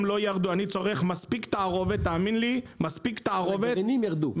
אני צורך מספיק תערובת -- הגרעינים ירדו.